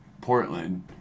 Portland